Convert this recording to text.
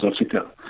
Africa